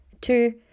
Two